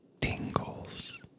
tingles